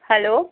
hello